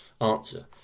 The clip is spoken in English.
answer